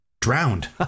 Drowned